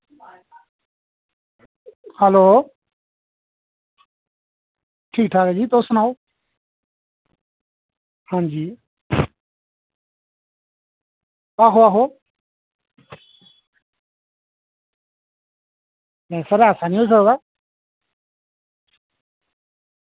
hello ठीक ठाक जी तुस सनाओ हां जी आहो आहो नेईं सर ऐसा निं होई सकदा